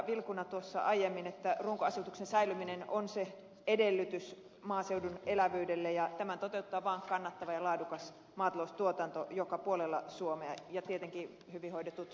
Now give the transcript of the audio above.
vilkuna aiemmin että runkoasutuksen säilyminen on se edellytys maaseudun elävyydelle ja tämän toteuttaa vaan kannattava ja laadukas maataloustuotanto joka puolella suomea ja tietenkin hyvin hoidetut metsät